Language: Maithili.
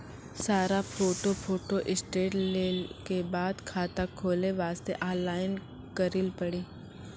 सारा फोटो फोटोस्टेट लेल के बाद खाता खोले वास्ते ऑनलाइन करिल पड़ी?